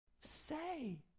say